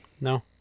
No